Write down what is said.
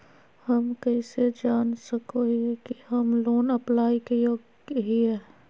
हम कइसे जान सको हियै कि हम लोन अप्लाई के योग्य हियै?